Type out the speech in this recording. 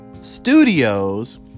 studios